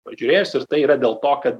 pažiūrės ir tai yra dėl to kad